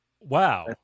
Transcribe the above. wow